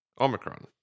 Omicron